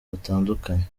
butandukanye